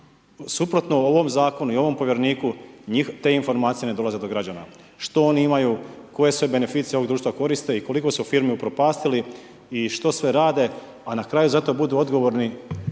i suprotno ovom zakonu i ovom povjereniku te informacije ne dolaze do građana. Što oni imaju, koje sve beneficije ovog društva koriste i koliko su firmi upropastili i što sve rade a na kraju zato budemo odgovorni